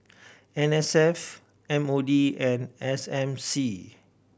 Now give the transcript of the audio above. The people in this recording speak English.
N S F M O D and S M C